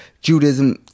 judaism